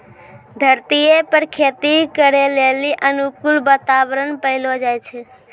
धरतीये पर खेती करै लेली अनुकूल वातावरण पैलो जाय छै